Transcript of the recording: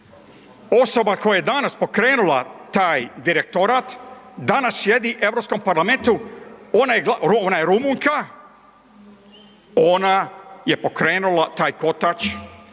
Osoba koja je danas pokrenula taj direktorat danas sjedi u Europskom parlamentu, ona je Rumunjka, ona je pokrenula taj kotač